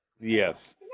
Yes